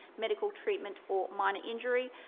medical treatment or minor injury.